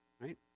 right